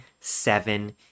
seven